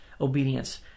obedience